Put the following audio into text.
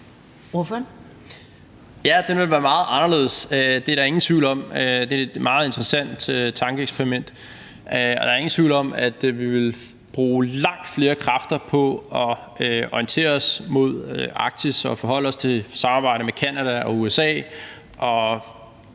(KF): Ja, den ville være meget anderledes. Det er der ingen tvivl om. Det er et meget interessant tankeeksperiment, og der er ingen tvivl om, at vi ville bruge langt flere kræfter på at orientere os mod Arktis og forholde os til samarbejdet med Canada og USA